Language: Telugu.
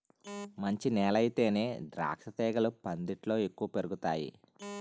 మంచి నేలయితేనే ద్రాక్షతీగలు పందిట్లో ఎక్కువ పెరుగతాయ్